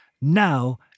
Now